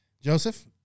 Joseph